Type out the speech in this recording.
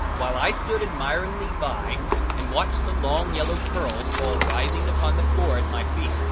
while i stood admiringly by and watched the long yellow curls fall writhing upon the floor at my feet.